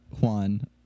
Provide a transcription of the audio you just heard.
Juan